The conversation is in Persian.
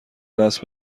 دست